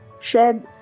shed